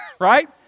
Right